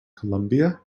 colombia